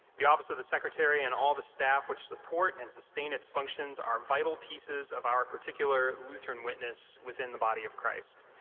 the office of secretary and all the staff which support and sustain its functions are vital pieces of our particular lutheran witness within the body of christ.